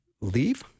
leave